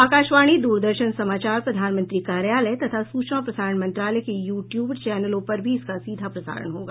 आकाशवाणी द्रदर्शन समाचार प्रधानमंत्री कार्यालय तथा सूचना और प्रसारण मंत्रालय के यू ट्यूब चौनलों पर भी इसका सीधा प्रसारण होगा